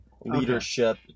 leadership